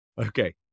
Okay